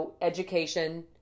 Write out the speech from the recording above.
education